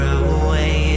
away